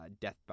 Death